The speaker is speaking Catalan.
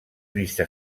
vista